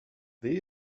this